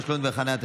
תשלום דמי חניה),